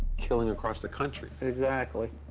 killing across the country. exactly.